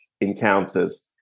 encounters